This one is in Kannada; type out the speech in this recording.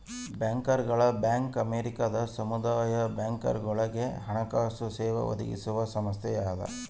ಬ್ಯಾಂಕರ್ಗಳ ಬ್ಯಾಂಕ್ ಅಮೇರಿಕದಾಗ ಸಮುದಾಯ ಬ್ಯಾಂಕ್ಗಳುಗೆ ಹಣಕಾಸು ಸೇವೆ ಒದಗಿಸುವ ಸಂಸ್ಥೆಯಾಗದ